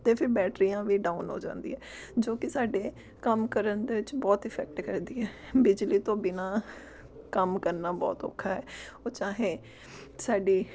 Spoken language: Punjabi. ਅਤੇ ਫਿਰ ਬੈਟਰੀਆਂ ਵੀ ਡਾਊਨ ਹੋ ਜਾਂਦੀ ਹੈ ਜੋ ਕਿ ਸਾਡੇ ਕੰਮ ਕਰਨ ਦੇ ਵਿੱਚ ਬਹੁਤ ਇਫੈਕਟ ਕਰਦੀ ਹੈ ਬਿਜਲੀ ਤੋਂ ਬਿਨਾਂ ਕੰਮ ਕਰਨਾ ਬਹੁਤ ਔਖਾ ਹੈ ਉਹ ਚਾਹੇ ਸਾਡੀ